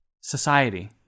society